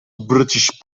british